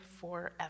forever